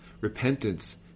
Repentance